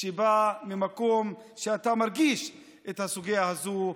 שבאת ממקום שאתה מרגיש את הסוגיה הזאת,